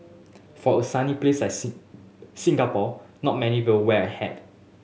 for a sunny place like Singapore not many people wear a hat